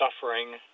suffering